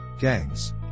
gangs